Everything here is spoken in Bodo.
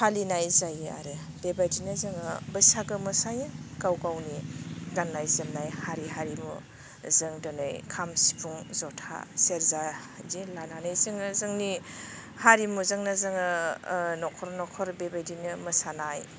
फालिनाय जायो आरो बेबायदिनो जोङो बैसागो मोसायो गाव गावनि गान्नाय जोमनाय हारि हारिमु जों दिनै खाम सिफुं ज'था सेर्जा बिदिनो लानानै जोङो जोंनि हारिमुजोंनो जोङो न'खर न'खर बेबायदिनो मोसानाय